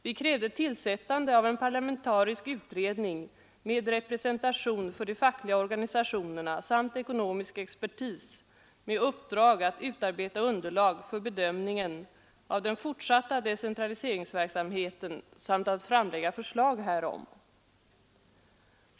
Vi krävde tillsättande av en parlamentarisk utredning med representation för de fackliga organisationerna samt ekonomisk expertis med uppdrag att utarbeta underlag för bedömningen av den fortsatta decentraliseringsverksamheten samt att framlägga förslag härom.